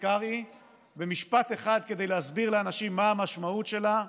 קרעי במשפט אחד כדי להסביר לאנשים מה המשמעות שלה,